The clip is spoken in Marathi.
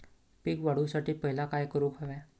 पीक वाढवुसाठी पहिला काय करूक हव्या?